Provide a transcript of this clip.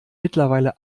mittlerweile